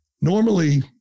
Normally